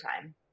time